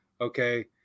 Okay